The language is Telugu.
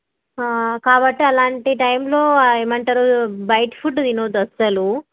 కాబట్టి అలాంటి టైమ్లో ఏమంటారు బయట ఫుడ్డు తిన వద్దు అస్సలు